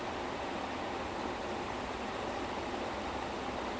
oh wait then it was only six seasons but each season was like twenty three episodes